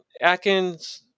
Atkins